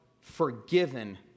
forgiven